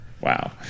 Wow